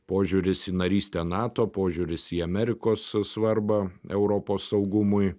požiūris į narystę nato požiūris į amerikos svarbą europos saugumui